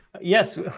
Yes